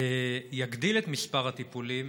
יגדיל את מספר הטיפולים,